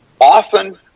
Often